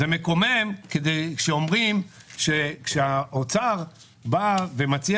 זה מקומם, כשהאוצר בא ומציע